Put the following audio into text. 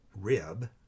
rib